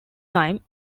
time